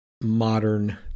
modern